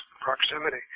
proximity